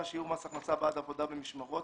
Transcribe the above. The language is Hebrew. (שיעור מס הכנסה בעד עבודה במשמרות),